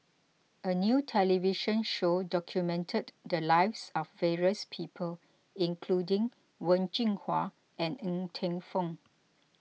a new television show documented the lives of various people including Wen Jinhua and Ng Teng Fong